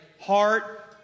heart